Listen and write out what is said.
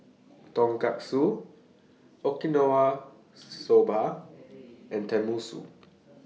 Tonkatsu Okinawa Soba and Tenmusu